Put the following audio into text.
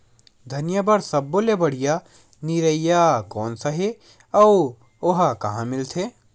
धनिया बर सब्बो ले बढ़िया निरैया कोन सा हे आऊ ओहा कहां मिलथे?